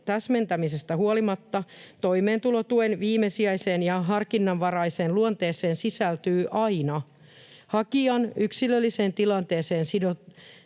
täsmentämisestä huolimatta toimeentulotuen viimesijaiseen ja harkinnanvaraiseen luonteeseen sisältyy aina hakijan yksilölliseen tilanteeseen